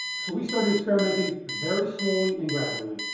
so we started experimenting very slowly and gradually.